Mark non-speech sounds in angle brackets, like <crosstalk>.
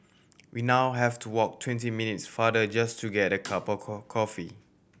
we now have to walk twenty minutes farther just to get a cup of <unintelligible> coffee